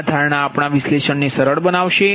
આ ધારણા આપણા વિશ્લેષણને સરળ બનાવશે